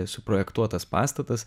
suprojektuotas pastatas